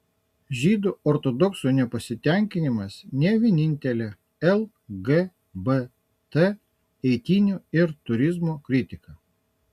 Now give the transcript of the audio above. žydų ortodoksų nepasitenkinimas ne vienintelė lgbt eitynių ir turizmo kritika